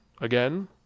again